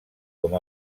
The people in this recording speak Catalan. com